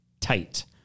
tight